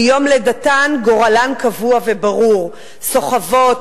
מיום לידתן גורלן קבוע וברור: סוחבות,